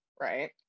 right